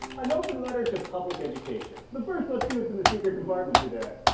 an open letter to public education. but first, let's see what's in the secret compartment today.